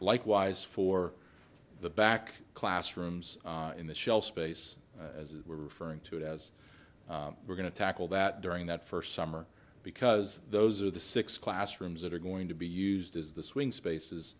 likewise for the back classrooms in the shelf space as it were referring to it as we're going to tackle that during that first summer because those are the six classrooms that are going to be used as the swing spaces